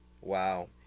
Wow